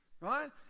right